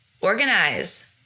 organize